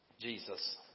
Jesus